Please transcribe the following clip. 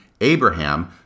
Abraham